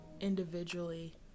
individually